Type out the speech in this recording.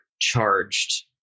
charged